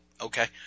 okay